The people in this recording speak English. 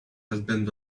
husband